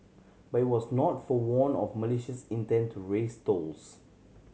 but it was not forewarn of Malaysia's intent to raise tolls